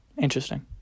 Interesting